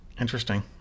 Interesting